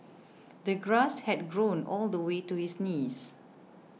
the grass had grown all the way to his knees